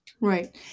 Right